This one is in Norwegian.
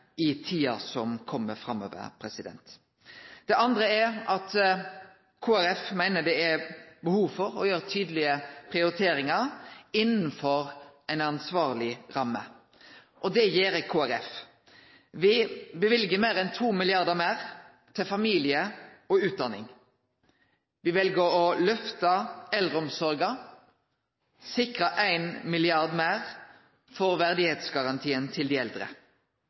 i tida som kjem. Det andre er at Kristeleg Folkeparti meiner det er behov for å gjere tydelege prioriteringar innanfor ei ansvarleg ramme. Det gjer Kristeleg Folkeparti. Me løyver meir enn 2 mrd. kr meir til familie og utdanning. Me vel å lyfte eldreomsorga, me sikrar 1 mrd. kr meir til verdigheitsgarantien til dei eldre.